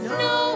no